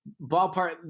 ballpark